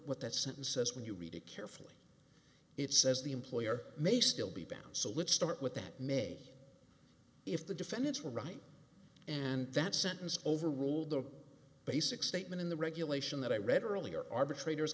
what that sentence says when you read it carefully it says the employer may still be bound so let's start with that may if the defendants were right and that sentence overruled the basic statement in the regulation that i read earlier arbitrators